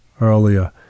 earlier